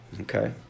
Okay